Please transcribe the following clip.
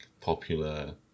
popular